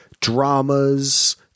dramas